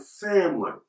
family